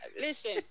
Listen